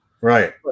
Right